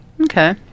Okay